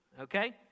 Okay